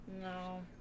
No